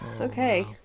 Okay